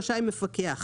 רשאי מפקח